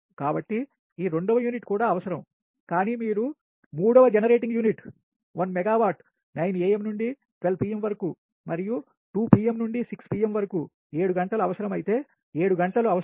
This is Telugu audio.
కాబట్టి ఈ 2 వ యూనిట్ కూడా అవసరం కానీ మీరు మూడవ జనరేటింగ్ యూనిట్ 1 మెగావాట్ 9am నుండి 12 pm వరకు మరియు 2 pm నుండి 6 pm వరకు 7 గంటలు అవసరమైతే 7 గంటలు అవసరం